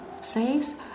says